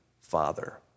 father